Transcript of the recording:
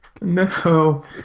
No